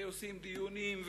ועושים דיונים,